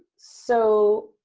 so,